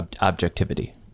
objectivity